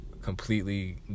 Completely